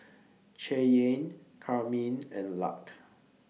Cheyanne Carmine and Luc